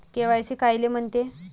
KYC कायले म्हनते?